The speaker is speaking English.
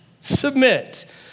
submit